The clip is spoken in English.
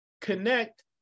connect